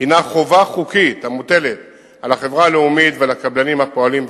הינה חובה חוקית המוטלת על החברה הלאומית ועל הקבלנים הפועלים וכו',